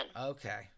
Okay